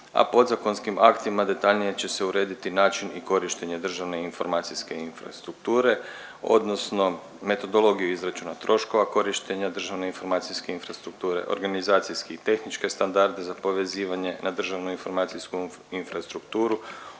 a podzakonskim aktima detaljnije će se urediti način i korištenje državne informacijske infrastrukture odnosno metodologiju izračuna troškova korištenja državne informacijske infrastrukture, organizacijske i tehničke standarde za povezivanje na državnu informacijsku infrastrukturu,